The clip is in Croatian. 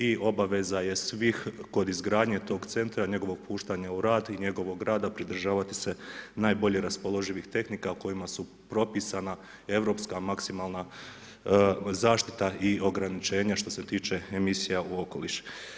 I obaveza je svih kod izgradnje tog centra, njegovog puštanja u rad i njegovog rada pridržavati najbolje raspoloživih tehnika kojima su propisana europska maksimalna zaštita i ograničenja što se tiče emisija u okoliš.